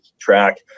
track